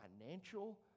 Financial